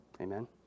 Amen